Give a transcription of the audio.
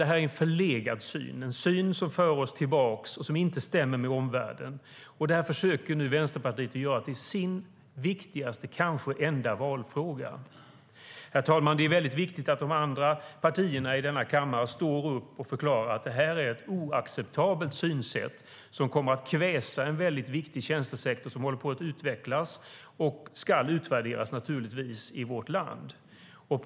Det här är en förlegad syn, en syn som för oss tillbaka och som inte stämmer med omvärlden. Det försöker nu Vänsterpartiet göra till sin viktigaste och kanske enda valfråga. Herr talman! Det är viktigt att de andra partierna i denna kammare står upp och förklarar att detta är ett oacceptabelt synsätt som kommer att kväsa en väldigt viktig tjänstesektor i vårt land som håller på att utvecklas och som naturligtvis ska utvärderas.